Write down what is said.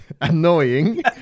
annoying